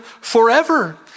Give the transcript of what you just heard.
forever